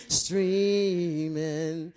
streaming